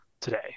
today